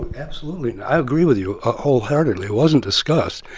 absolutely. i agree with you wholeheartedly. it wasn't discussed.